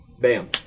Bam